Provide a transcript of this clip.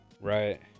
Right